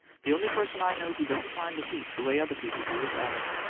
the only person i know who doesn't mind the heat the way other people do is alice.